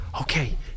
okay